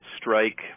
strike